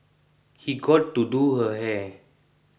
he got to do her hair